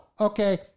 okay